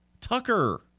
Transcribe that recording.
Tucker